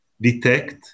detect